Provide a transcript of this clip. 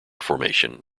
formation